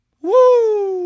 Woo